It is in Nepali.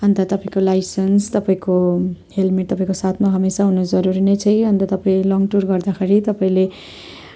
अन्त तपाईँको लाइसेन्स तपाईँको हेल्मेट तपाईँको साथमा हमेसा हुनु जरुरी नै छ है अन्त तपाईँ लङ टुर गर्दाखेरि तपाईँले